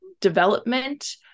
development